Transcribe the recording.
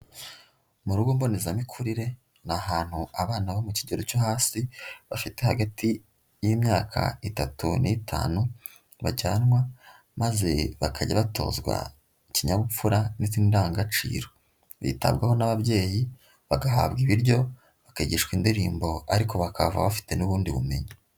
Mu rugo mbonezamikurire ni ahantu abana bo mu kigero cyo hasi bafite hagati y'imyaka itatu n'itanu bajyanwa maze bakajya batozwa ikinyabupfura n'indangagaciro, bitabwaho n'ababyeyi, bagahabwa ibiryo, bakigishwa indirimbo ariko bakahava bafite n'ubundi bumenyi.